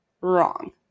wrong